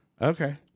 okay